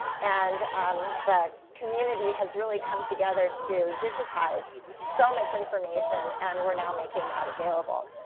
and um the community has really come together to digitize so much information, and we're now making that available.